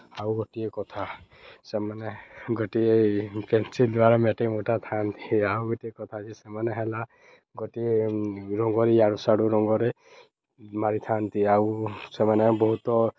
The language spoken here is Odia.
ଆଉ ଗୋଟିଏ କଥା ସେମାନେ ଗୋଟିଏ ପେନ୍ସିଲ୍ ଦ୍ୱାରା ମେଟି ମୁଟା ଥାନ୍ତି ଆଉ ଗୋଟିଏ କଥା ଯେ ସେମାନେ ହେଲା ଗୋଟିଏ ରଙ୍ଗଏ ଇଆଡ଼ୁ ସେଆଡ଼ୁ ରଙ୍ଗରେ ମାରିଥାନ୍ତି ଆଉ ସେମାନେ ବହୁତ